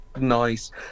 nice